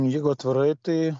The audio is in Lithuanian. jeigu atvirai tai